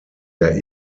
der